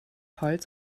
holz